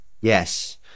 yes